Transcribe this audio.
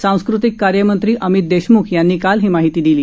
सांस्कृतिक कार्यमंत्री अमित देशम्ख यांनी काल ही माहिती दिली